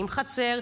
עם חצר,